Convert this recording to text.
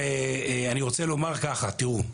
לומר כך: תראו,